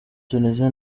tunisia